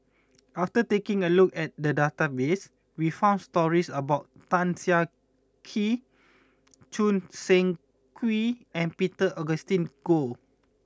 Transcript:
after taking a look at the database we found stories about Tan Siah Kwee Choo Seng Quee and Peter Augustine Goh